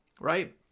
right